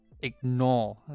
ignore